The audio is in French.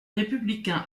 républicains